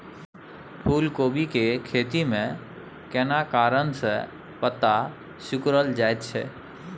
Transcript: फूलकोबी के खेती में केना कारण से पत्ता सिकुरल जाईत छै?